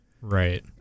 Right